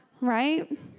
right